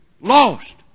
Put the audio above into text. lost